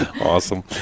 Awesome